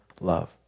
love